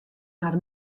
har